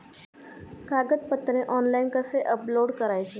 कागदपत्रे ऑनलाइन कसे अपलोड करायचे?